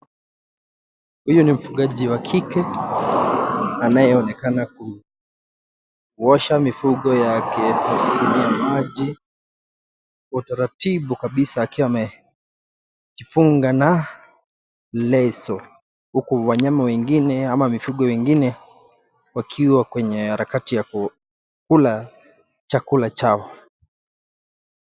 Huyu ni mfungaji wa kike, aneye onekana kuosha mifugo yake kwenye maji kwa utaratibu kabisa akiwa amejifunga na leso. Huku wanyama wengine ama mifugo wengine wakiwa kwenye harakati ya kukula chakula chao.